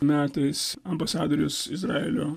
metais ambasadorius izraelio